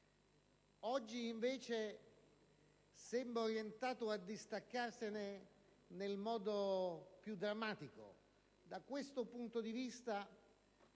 sembra invece orientato a distaccarsene nel modo più drammatico. Da questo punto di vista,